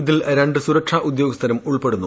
ഇതിൽരണ്ട് സുരക്ഷാ ഉദ്യോഗസ്ഥരും ഉൾപ്പെടുന്നു